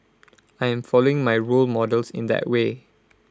I am following my role models in that way